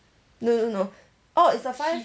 no no no orh it's the five